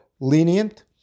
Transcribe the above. lenient